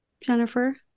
Jennifer